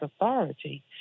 authority